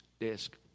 desk